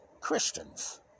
Christians